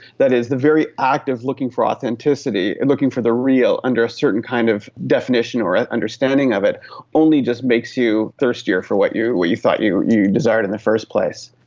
that is, the very act of looking for authenticity, and looking for the real under a certain kind of definition or understanding of it only makes you thirstier for what you what you thought you you desired in the first place.